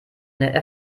der